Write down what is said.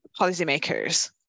policymakers